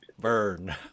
burn